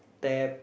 pad